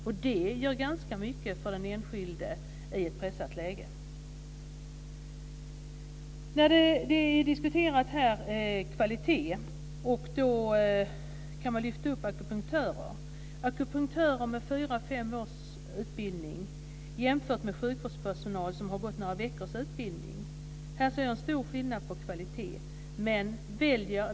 Det betyder ganska mycket för den enskilde i ett pressat läge. Här diskuteras också frågan om kvalitet, och då kan frågan om akupunktörer lyftas fram. Akupunktörer med fyra till fem års utbildning kan jämföras med sjukvårdspersonal som har genomgått några veckors utbildning. Det är en stor kvalitetsskillnad.